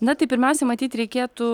na tai pirmiausia matyt reikėtų